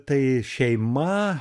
tai šeima